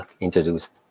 introduced